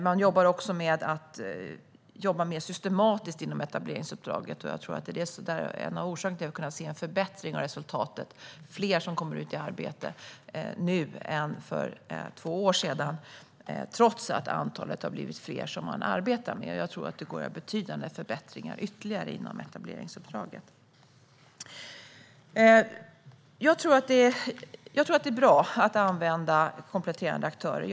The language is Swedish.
Man strävar också efter att jobba mer systematiskt inom etableringsuppdraget, och jag tror att det är en av orsakerna till att vi kan se en förbättring av resultatet: fler som kommer ut i arbete nu än för två år sedan, trots att antalet människor man arbetar med har ökat. Jag tror att det går att göra betydande ytterligare förbättringar inom etableringsuppdraget. Jag tror att det är bra att använda kompletterande aktörer.